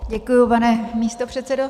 Děkuji, pane místopředsedo.